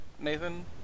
Nathan